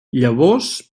llavors